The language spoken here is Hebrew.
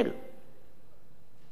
והחשוב ביותר הוא